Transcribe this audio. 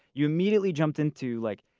you immediately jumped into like,